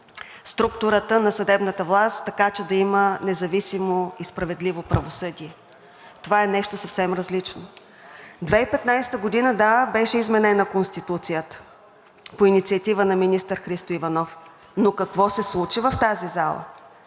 структурата на съдебната власт, така че да има независимо и справедливо правосъдие. Това е нещо съвсем различно. 2015 г., да, беше изменена Конституцията по инициатива на министър Христо Иванов, но какво се случи в тази зала?